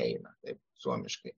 eina taip suomiškai